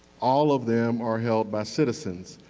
all of them are held by citizens.